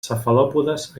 cefalòpodes